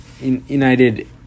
United